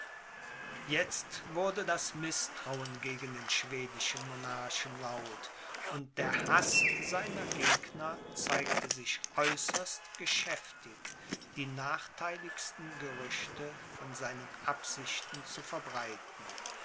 jetzt wurde das mißtrauen gegen den schwedischen monarchen laut und der haß seiner gegner zeigte sich äußerst geschäftig die nachtheiligsten gerüchte von seinen absichten zu verbreiten